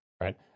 right